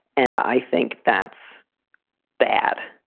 and i think that's bad.